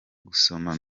gusoma